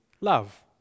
love